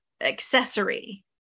accessory